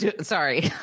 Sorry